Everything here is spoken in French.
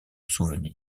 souvenir